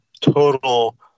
total